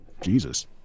Jesus